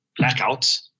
blackouts